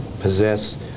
possess